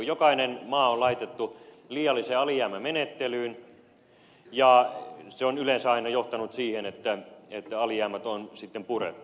jokainen maa on laitettu liiallisen alijäämän menettelyyn ja se on yleensä aina johtanut siihen että alijäämät on sitten purettu